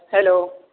hello